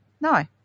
no